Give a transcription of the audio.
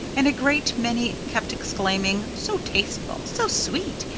and a great many kept exclaiming, so tasteful! so sweet!